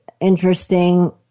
interesting